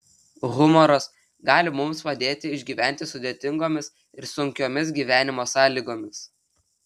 humoras gali mums padėti išgyventi sudėtingomis ir sunkiomis gyvenimo sąlygomis